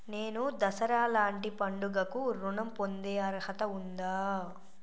నేను దసరా లాంటి పండుగ కు ఋణం పొందే అర్హత ఉందా?